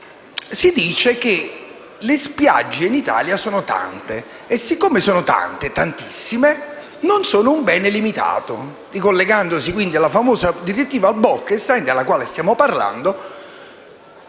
si dice che le spiagge in Italia sono tante e poiché sono tante, tantissime, non sono un bene limitato, ricollegandosi quindi alla famosa "direttiva Bolkestein", della quale stiamo parlando.